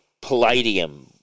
Palladium